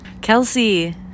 kelsey